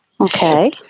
Okay